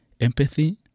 empathy